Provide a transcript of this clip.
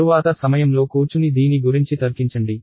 తరువాత సమయంలో కూర్చుని దీని గురించి తర్కించండి